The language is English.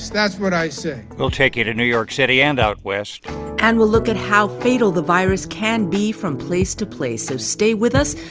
that's what i say we'll take you to new york city and out west and we'll look at how fatal the virus can be from place to place. so stay with us.